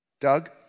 Doug